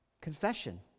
Confession